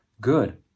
good